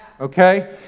Okay